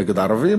נגד ערבים,